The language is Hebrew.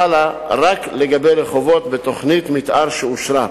חלה רק לגבי רחובות בתוכנית מיתאר שאושרה.